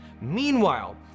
Meanwhile